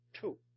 Two